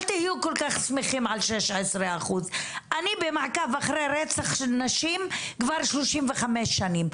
אל תהיו כל כך שמחים על 16%. אני במעקב אחרי רצח של נשים כבר 35 שנים.